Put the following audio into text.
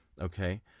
Okay